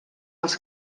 als